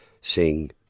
sing